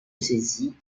saisie